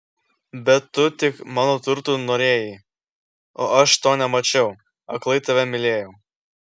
bet tu tik mano turtų norėjai o aš to nemačiau aklai tave mylėjau